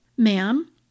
Ma'am